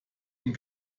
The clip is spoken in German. den